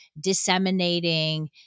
disseminating